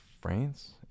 france